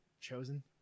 chosen